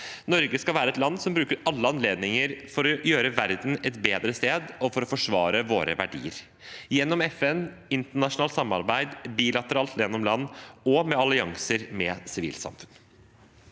Norge skal være et land som bruker alle anledninger til å gjøre verden til et bedre sted og til å forsvare våre verdier, gjennom FN, internasjonalt samarbeid, bilateralt gjennom land og med allianser med sivilt samfunn.